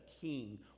king